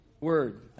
Word